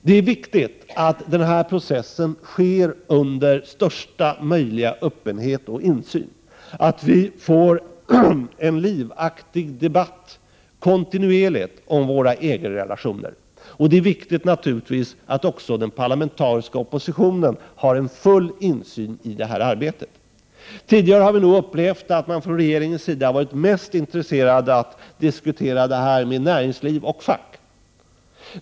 Det är viktigt att denna process sker under största möjliga öppenhet och insyn, att vi får en livaktig, kontinuerlig debatt om våra EG-relationer. Det är naturligtvis viktigt att också den parlamentariska oppositionen har full insyn i arbetet. Tidigare har vi upplevt att man från regeringens sida varit mest intresserad av att diskutera denna fråga med representanter för näringsliv och fack.